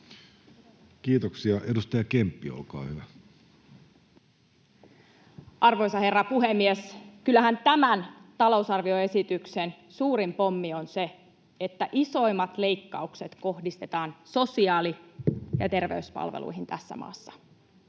Kiitoksia. — Edustaja Kemppi, olkaa hyvä. Arvoisa herra puhemies! Kyllähän tämän talousarvioesityksen suurin pommi on se, että isoimmat leikkaukset kohdistetaan sosiaali- ja terveyspalveluihin tässä maassa.